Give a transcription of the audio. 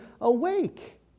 awake